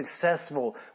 successful